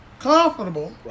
comfortable